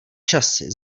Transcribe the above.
časy